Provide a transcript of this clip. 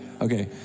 Okay